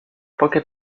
poche